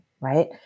right